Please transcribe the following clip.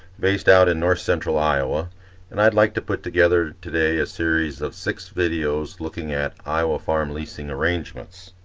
based out in north-central iowa and i'd like to put together today a series of six videos looking at iowa farm leasing arrangements.